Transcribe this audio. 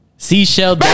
Seashell